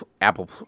Apple